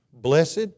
Blessed